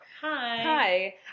Hi